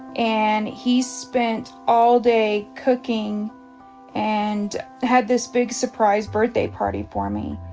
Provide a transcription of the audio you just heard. and he spent all day cooking and had this big surprise birthday party for me.